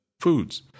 foods